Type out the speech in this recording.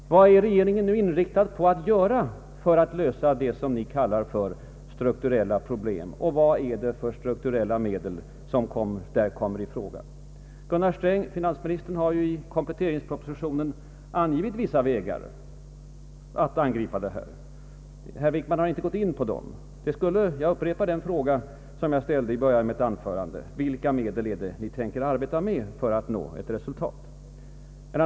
Vad är regeringen nu inriktad på att göra för att lösa det ni kallar för strukturella problem, och vilka strukturella medel kommer i fråga? Finansminister Gunnar Sträng har ju i kompletteringspropositionen angivit vissa metoder att angripa problemen. Herr Wickman har inte gått in på dem. Jag upprepar min tidigare fråga: Med vilka medel ämnar ni arbeta för att nå resultat?